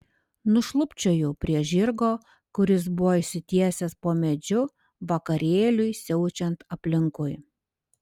nušlubčiojau prie žirgo kuris buvo išsitiesęs po medžiu vakarėliui siaučiant aplinkui